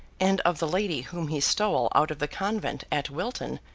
and of the lady whom he stole out of the convent at wilton,